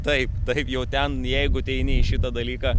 taip taip jau ten jeigu ateini į šitą dalyką